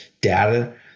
data